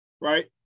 right